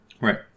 Right